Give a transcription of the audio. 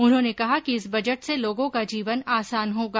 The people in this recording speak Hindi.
उन्होंने कहा कि इस बजट से लोगों का जीवन आसान होगा